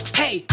hey